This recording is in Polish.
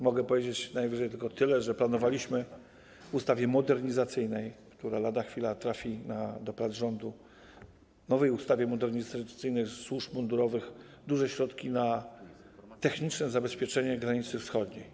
Mogę powiedzieć najwyżej tyle, że planowaliśmy w ustawie modernizacyjnej, która lada chwila trafi do prac rządu, w nowej ustawie modernizacyjnej służb mundurowych duże środki na techniczne zabezpieczenie granicy wschodniej.